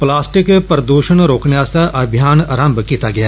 plastic प्रदूषण रोकने आस्तै अभियान रम्म कीता गेआ